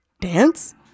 Dance